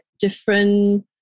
different